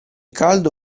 caldo